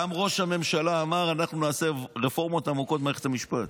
גם ראש הממשלה אמר: אנחנו נעשה רפורמות עמוקות במערכת המשפט.